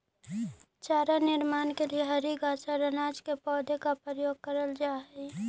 चारा निर्माण के लिए हरी घास और अनाज के पौधों का प्रयोग करल जा हई